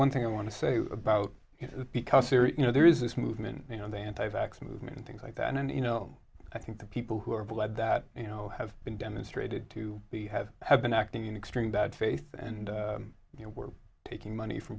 one thing i want to say about it because here you know there is this movement you know the anti tax movement and things like that and you know i think the people who are blood that you know have been demonstrated to be have have been acting in extreme bad faith and you know we're taking money from